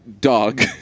dog